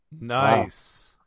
nice